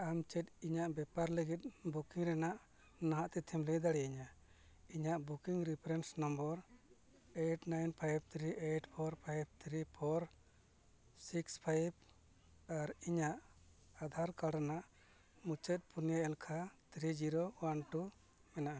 ᱟᱢ ᱪᱮᱫ ᱤᱧᱟᱹᱜ ᱵᱮᱯᱟᱨ ᱞᱟᱹᱜᱤᱫ ᱵᱩᱠᱤᱝ ᱨᱮᱭᱟᱜ ᱱᱟᱦᱟᱜ ᱛᱤᱛᱷᱤᱢ ᱞᱟᱹᱭ ᱫᱟᱲᱮ ᱤᱧᱟᱹ ᱤᱧᱟᱹᱜ booking reference number eight nine five three eight four five three four six five ᱟᱨ ᱤᱧᱟᱹᱜ ᱟᱫᱷᱟᱨ ᱠᱟᱨᱰ ᱨᱮᱱᱟᱜ ᱢᱩᱪᱟᱹᱫ ᱯᱩᱱᱤᱭᱟᱹ ᱮᱞᱠᱷᱟ ᱛᱷᱤᱨᱤ ᱡᱤᱨᱳ ᱚᱣᱟᱱ ᱴᱩ ᱢᱮᱱᱟᱜᱼᱟ